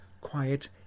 quiet